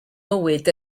mywyd